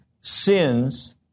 sins